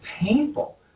painful